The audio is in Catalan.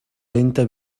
lenta